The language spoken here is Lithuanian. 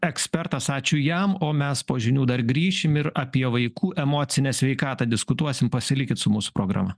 ekspertas ačiū jam o mes po žinių dar grįšim ir apie vaikų emocinę sveikatą diskutuosim pasilikit su mūsų programa